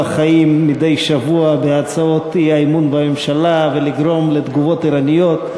חיים מדי שבוע בהצעות האי-אמון בממשלה ולגרום לתגובות ערניות.